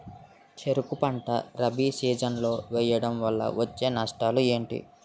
చెరుకు పంట రబీ సీజన్ లో వేయటం వల్ల వచ్చే నష్టాలు ఏంటి?